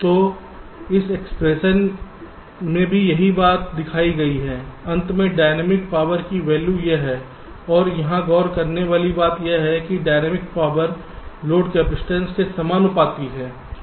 तो इस एक्सप्रेशन में भी यही बात दिखाई गई है अंत में डायनेमिक पावर की वैल्यू यह है और यहां गौर करने वाली बात यह है कि डायनेमिक्स पावर लोड कैपेसिटेंस के समानुपातिक है